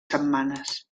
setmanes